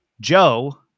Joe